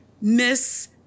Miss